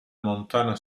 montana